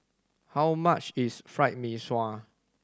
how much is Fried Mee Sua